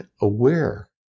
aware